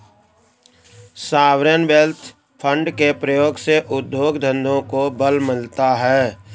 sovereign wealth fund के प्रयोग से उद्योग धंधों को बल मिलता है